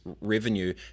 revenue